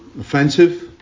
offensive